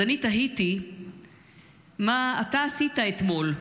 אז אני תהיתי מה אתה עשית אתמול,